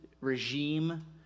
regime